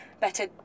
Better